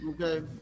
Okay